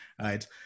right